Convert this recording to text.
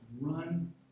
run